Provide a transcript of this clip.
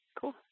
Cool